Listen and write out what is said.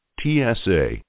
TSA